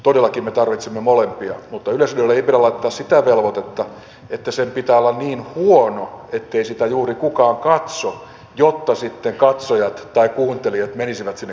todellakin me tarvitsemme molempia mutta yleisradiolle ei pidä laittaa sitä velvoitetta että sen pitää olla niin huono ettei sitä juuri kukaan katso jotta sitten katsojat tai kuuntelijat menisivät sinne kaupalliselle puolelle